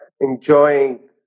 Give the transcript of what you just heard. enjoying